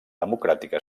democràtica